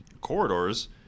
corridors